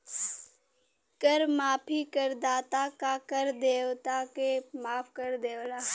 कर माफी करदाता क कर देयता के माफ कर देवला